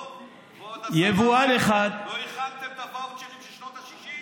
לא הכנתם את הוואוצ'רים של שנות השישים?